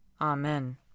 Amen